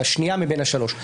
השנייה מבין השלוש.